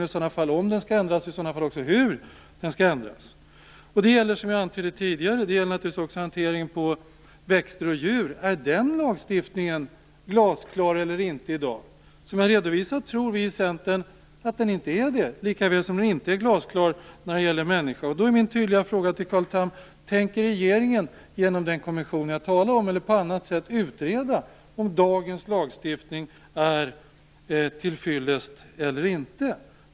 Man måste se om den skall ändras och i så fall hur. Detsamma gäller, som jag antydde tidigare, naturligtvis också hanteringen i fråga om växter och djur. Är den hanteringen glasklar eller inte i dag? Som jag har redovisat tror vi i Centern inte att den är glasklar i dag - lika väl som den inte är det när det gäller människor. Då är min tydliga fråga: Tänker regeringen, genom den kommission som jag har talat om eller på annat sätt, utreda om dagens lagstiftning är till fyllest eller inte?